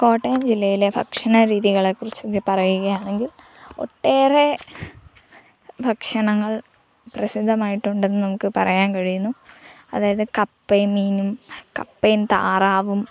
കോട്ടയം ജില്ലയിലെ ഭക്ഷണ രീതികളെക്കുറിച്ച് പറയുകയാണെങ്കിൽ ഒട്ടേറെ ഭക്ഷണങ്ങൾ പ്രസിദ്ധമായിട്ടുണ്ടെന്ന് നമുക്ക് പറയാൻ കഴിയുന്നു അതായത് കപ്പയും മീനും കപ്പയും താറാവും